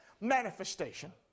manifestation